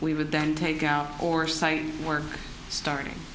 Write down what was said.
we would then take out or site work starting